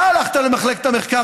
אתה הלכת למחלקת המחקר,